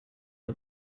der